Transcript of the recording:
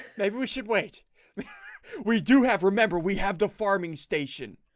maybe we should wait we do have remember we have the farming station.